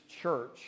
church